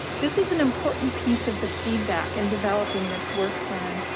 this was an important piece of the feedback in developing this work plan.